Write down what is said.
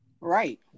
Right